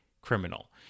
criminal